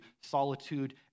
Solitude